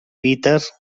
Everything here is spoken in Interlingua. peter